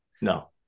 No